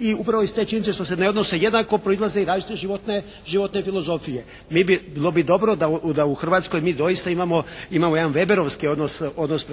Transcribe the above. I upravo iz činjenice što se ne odnose jednako proizlaze i različite životne filozofije. Bilo bi dobro da u Hrvatskoj mi doista imamo jedan Weberovski odnos